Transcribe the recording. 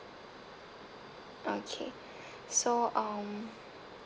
okay so um